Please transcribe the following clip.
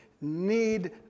need